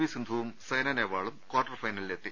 V സിന്ധുവും സൈന നെവാളും quarter ഫൈനലിലെത്തി